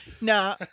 no